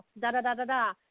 da-da-da-da-da